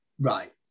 Right